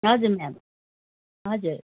हजुर म्याम हजुर